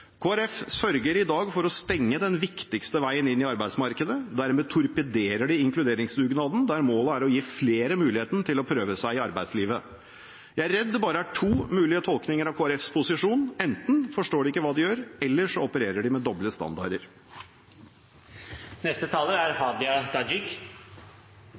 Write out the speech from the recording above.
Folkeparti sørger i dag for å stenge den viktigste veien inn i arbeidsmarkedet. Dermed torpederer de inkluderingsdugnaden, der målet er å gi flere muligheten til å prøve seg i arbeidslivet. Jeg er redd det bare er to mulige tolkninger av Kristelig Folkepartis posisjon: Enten forstår de ikke hva de gjør, eller så opererer de med doble standarder. Det som det her er